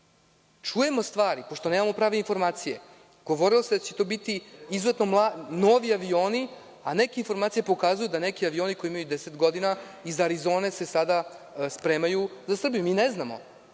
stvari, pošto nemamo prave informacije. Govorilo se da će to biti izuzetno novi avioni, a neke informacije pokazuju da se neki avioni koji imaju deset godina iz Arizone sada spremaju za Srbiju. Mi ne znamo